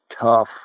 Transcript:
tough